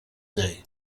day